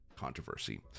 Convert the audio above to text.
Controversy